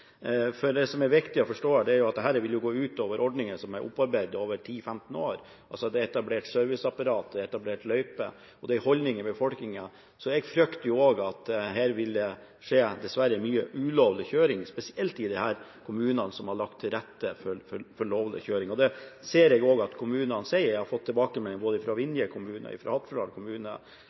Det som er viktig å forstå her, er at dette vil gå ut over ordninger som er opparbeidet over 10–15 år. Det er etablert serviceapparat, det er etablert løyper, og det er en holdning i befolkningen – så jeg frykter at her vil det dessverre skje mye ulovlig kjøring, spesielt i de kommunene som har lagt til rette for lovlig kjøring. Det ser jeg også at kommunene sier – jeg har fått tilbakemelding både fra Vinje kommune og fra Hattfjelldal kommune,